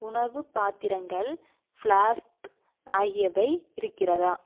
உணவுப் பாத்திரங்கள் ஃப்ளாஸ்க் ஆகியவை இருக்கிறதா